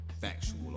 factual